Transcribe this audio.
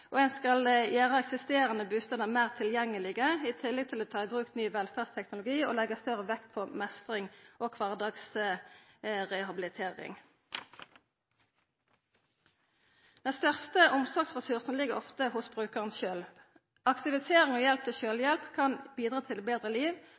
og ein skal gjera eksisterande bustader meir tilgjengelege, i tillegg til å ta i bruk ny velferdsteknologi og leggja større vekt på meistring og kvardagsrehabilitering. Den største omsorgsressursen ligg ofte hos brukaren sjølv. Aktivisering og hjelp til